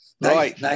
Right